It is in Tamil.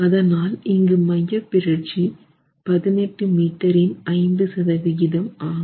அதனால் இங்கு மையப்பிறழ்ச்சி 18 மீட்டர் இன் 5 சதவிகிதம் ஆகும்